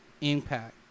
impact